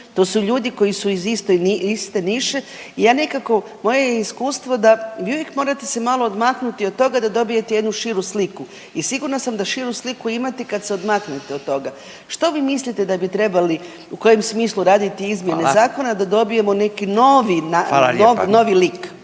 To su ljudi koji su iz iste niše. Ja nekako, moje je iskustvo da, vi uvijek morate se malo odmaknuti od toga da dobijete jednu širu sliku. I sigurna sam da širu sliku imate kad se odmaknete od toga. Što mislite da bi trebali, u kojem smislu raditi izmjene zakona da dobijemo neki novi lik.